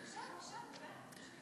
בסדר, בסדר.